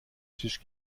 tisch